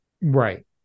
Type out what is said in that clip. Right